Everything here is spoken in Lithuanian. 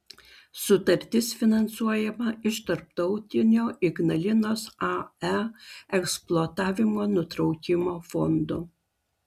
sutartis finansuojama iš tarptautinio ignalinos ae eksploatavimo nutraukimo fondo